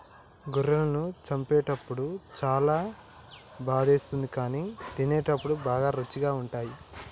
గొర్రెలను చంపేటప్పుడు చాలా బాధేస్తుంది కానీ తినేటప్పుడు బాగా రుచిగా ఉంటాయి